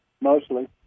Mostly